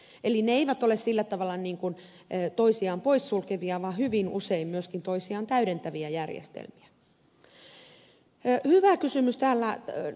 eli ne eivät ole toisiaan poissulkevia vaan hyvin usein myöskin toisiaan täydentäviä järjestelmiä